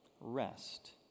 rest